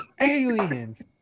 Aliens